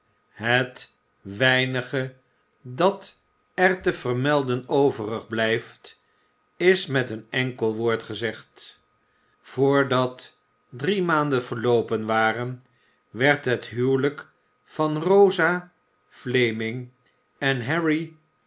het weinige dat er te verme'den overig blijft is met een enkel woord gezegd voordat drie maanden verloopen waren werd het huwelijk van rosa fleming en harry